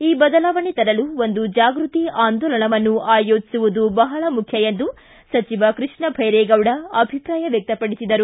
ಈ ಬದಲಾವಣೆ ತರಲು ಒಂದು ಜಾಗೃತಿ ಆಂದೋಲನವನ್ನು ಆಯೋಜಿಸುವುದು ಬಹಳ ಮುಖ್ಯ ಎಂದು ಸಚಿವ ಕೃಷ್ಣ ಭೈರೇಗೌಡ ಅಭಿಪ್ರಾಯ ವ್ಯಕ್ತಪಡಿಸಿದರು